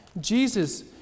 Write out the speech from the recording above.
Jesus